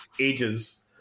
ages